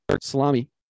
salami